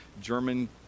German